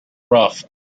rough